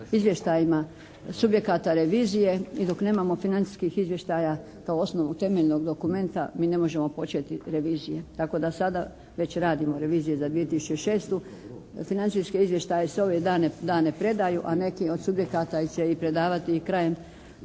Izvještajima subjekata revizije i dok nemamo financijskih izvještaja kao osnovu temeljnog dokumenta mi ne možemo početi revizije. Tako da sada već radimo revizije za 2006. Financijske izvještaje se ove dane predaju, a neki od subjekata će ih predavati i krajem